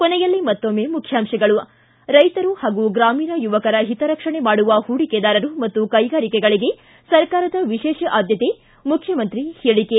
ಕೊನೆಯಲ್ಲಿ ಮತ್ತೊಮ್ನೆ ಮುಖ್ಯಾಂಶಗಳು ಿಗಿ ರೈತರು ಪಾಗೂ ಗ್ರಾಮೀಣ ಯುವಕರ ಹಿತರಕ್ಷಣೆ ಮಾಡುವ ಪೂಡಿಕೆದಾರರು ಮತ್ತು ಕೈಗಾರಿಕೆಗಳಿಗೆ ಸರ್ಕಾರದ ವಿಶೇಷ ಆದ್ಲತೆ ಮುಖ್ಯಮಂತ್ರಿ ಹೇಳಕೆ